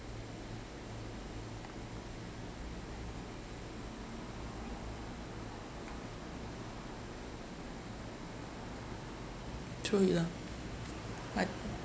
true enough I